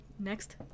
Next